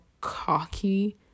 cocky